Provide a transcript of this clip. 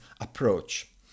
approach